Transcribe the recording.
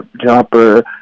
jumper